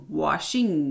washing